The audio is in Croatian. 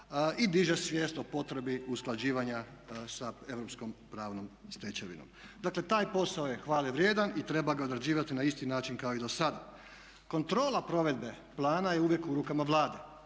i diže svijest o potrebi usklađivanja sa europskom pravnom stečevinom. Dakle, taj posao je hvale vrijedan i treba ga odrađivati na isti način kao i do sada. Kontrola provedbe plana je uvijek u rukama Vlade